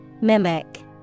Mimic